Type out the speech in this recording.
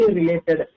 related